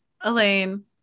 elaine